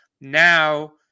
now